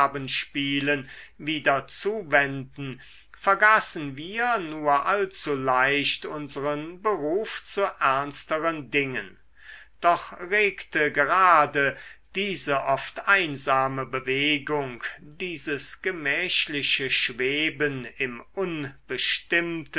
knabenspielen wieder zuwenden vergaßen wir nur allzu leicht unseren beruf zu ernsteren dingen doch regte gerade diese oft einsame bewegung dieses gemächliche schweben im unbestimmten